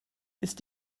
ist